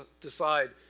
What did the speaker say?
decide